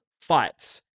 fights